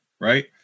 right